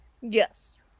Yes